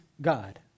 God